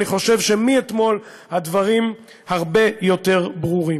אני חושב שמאתמול הדברים הרבה יותר ברורים.